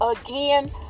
Again